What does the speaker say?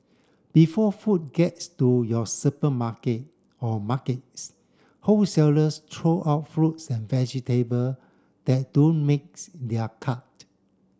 before food gets to your supermarket or markets wholesalers throw out fruits and vegetable that don't makes their cut